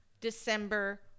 December